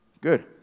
Good